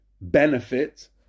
benefit